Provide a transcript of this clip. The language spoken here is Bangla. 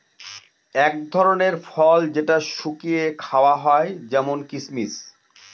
এক ধরনের ফল যেটা শুকিয়ে খাওয়া হয় যেমন কিসমিস